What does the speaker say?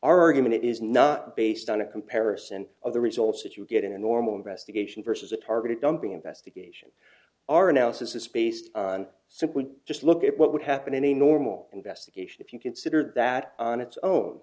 argument is not based on a comparison of the results that you get in a normal investigation versus a targeted dumping investigation our analysis based on so it would just look at what would happen in a normal investigation if you considered that on its own